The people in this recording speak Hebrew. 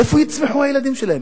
איפה יצמחו הילדים שלהם?